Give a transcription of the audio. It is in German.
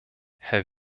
herr